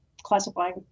classifying